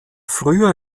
früher